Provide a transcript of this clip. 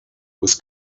was